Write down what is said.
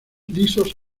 lisos